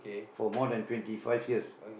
for more than twenty five years